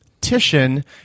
Titian